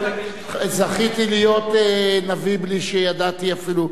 זכיתי להיות נביא בלי שידעתי אפילו.